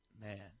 man